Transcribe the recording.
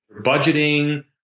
budgeting